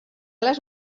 les